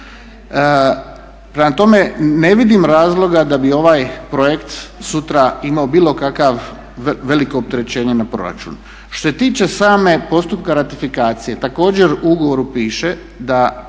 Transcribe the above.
Prema tome, ne vidim razloga da bi ovaj projekt sutra imao bilo kakvo veliko opterećenje na proračun. Što se tiče samog postupka ratifikacije također u ugovoru piše da